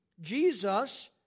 Jesus